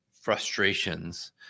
frustrations